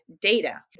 data